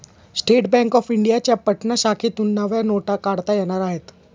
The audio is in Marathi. स्टेट बँक ऑफ इंडियाच्या पटना शाखेतून नव्या नोटा काढता येणार आहेत